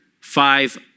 five